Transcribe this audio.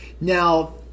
Now